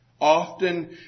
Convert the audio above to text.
Often